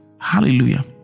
Hallelujah